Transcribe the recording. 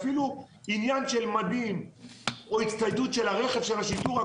אפילו עניין של מדים או הצטיידות של הרכב של השיטור,